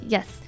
Yes